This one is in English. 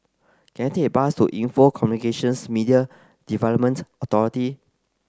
can I take a bus to Info Communications Media Development Authority